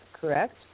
correct